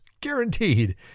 Guaranteed